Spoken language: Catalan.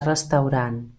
restaurant